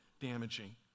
damaging